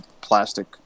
plastic